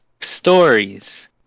stories